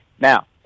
Now